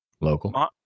Local